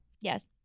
Yes